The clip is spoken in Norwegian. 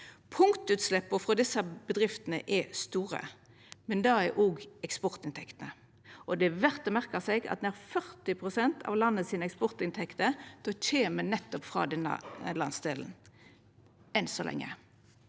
Punktutsleppa frå desse bedriftene er store, men det er òg eksportinntektene. Det er verdt å merka seg at nær 40 pst. av landets eksportinntekter kjem nettopp frå denne landsdelen – enn så lenge.